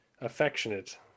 affectionate